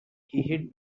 hid